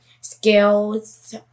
skills